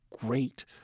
great